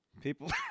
people